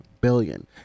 billion